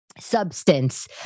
substance